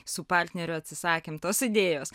su partneriu atsisakėm tos idėjos